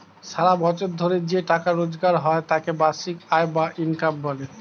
সারা বছর ধরে যে টাকা রোজগার হয় তাকে বার্ষিক আয় বা ইনকাম বলে